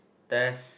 test